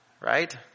Right